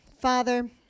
Father